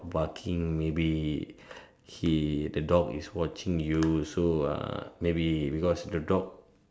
barking maybe he the dog is watching you so uh maybe because the dog